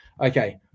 Okay